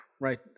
right